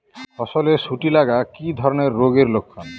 ফসলে শুটি লাগা কি ধরনের রোগের লক্ষণ?